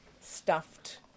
stuffed